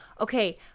okay